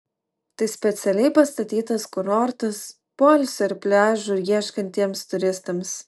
tai specialiai pastatytas kurortas poilsio ir pliažų ieškantiems turistams